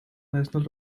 national